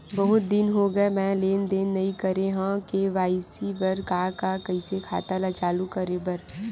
बहुत दिन हो गए मैं लेनदेन नई करे हाव के.वाई.सी बर का का कइसे खाता ला चालू करेबर?